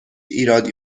ایرادی